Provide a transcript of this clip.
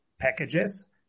packages